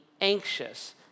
anxious